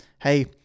Hey